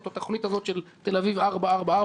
התוכנית הזאת של תל אביב/4444,